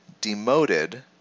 demoted